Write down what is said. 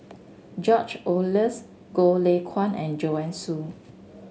George Oehlers Goh Lay Kuan and Joanne Soo